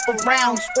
rounds